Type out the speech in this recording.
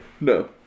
No